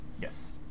Yes